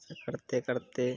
ऐसा करते करते